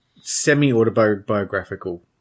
semi-autobiographical